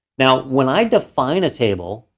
now, when i define a table,